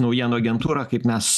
naujienų agentūra kaip mes